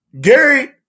Gary